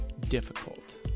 difficult